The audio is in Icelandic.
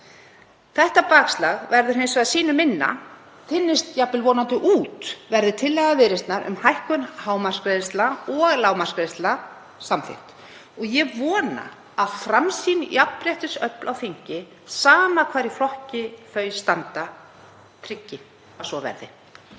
Þetta bakslag verður hins vegar sýnu minna, þynnist jafnvel vonandi út, verði tillaga Viðreisnar um hækkun hámarksgreiðslna og lágmarksgreiðslna samþykkt. Ég vona að framsýn jafnréttisöfl á þingi, sama hvar í flokki þau standa, tryggi að svo verði.